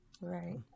Right